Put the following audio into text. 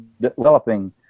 developing